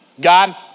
God